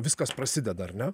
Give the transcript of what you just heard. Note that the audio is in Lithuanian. viskas prasideda ar ne